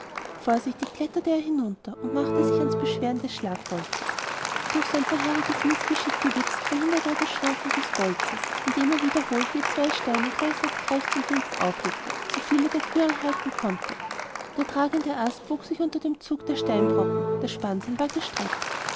vorsichtig kletterte er hinunter und machte sich ans beschweren des schlagbolzens durch sein vorheriges mißgeschick gewitzt verhinderte er das schwanken des bolzens indem er wiederholt je zwei steine gleichzeitig rechts und links auflegte soviele der quirl halten konnte der tragende ast bog sich unter dem zug der steinbrocken das spannseil war gestreckt